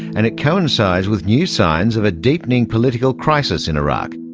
and it coincides with new signs of a deepening political crisis in iraq.